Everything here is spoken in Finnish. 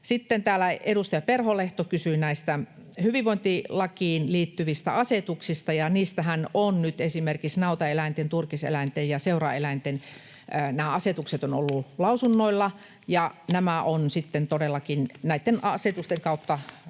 Sitten täällä edustaja Perholehto kysyi näistä hyvinvointilakiin liittyvistä asetuksista. Niistähän ovat nyt esimerkiksi nautaeläinten, turkiseläinten ja seuraeläinten asetukset olleet lausunnoilla, ja todellakin näitten asetusten kautta,